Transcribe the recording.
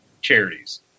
charities